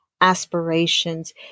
aspirations